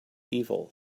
evil